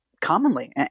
Commonly